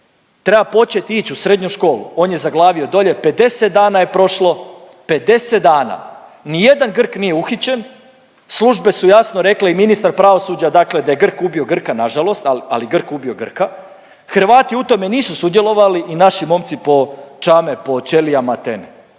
treba počet ići u srednju školu, on je zaglavio dolje. 50 dana je prošlo, 50 dana. Ni jedan Grk nije uhićen. Službe su jasno rekle i ministar pravosuđa dakle da je Grk ubio Grka na žalost, ali Grk ubio Grka, Hrvati u tome nisu sudjelovali i naši momci čame po ćelijama Atene.